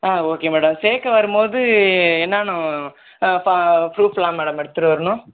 ஆ okay madam சேர்க்க வரும்போது என்னென்னோம் ப ப்ரூஃப்பெலாம் மேடம் எடுத்துகிட்டு வரணும்